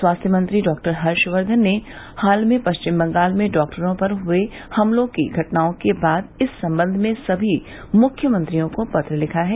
स्वास्थ्य मंत्री डॉ हर्षवर्धन ने हाल में पश्चिम बंगाल में डॉक्टरों पर हए हमलों की घटनाओं के बाद इस संबंध में सभी मृख्यमंत्रियों को पत्र लिखा है